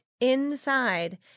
inside